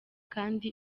kandi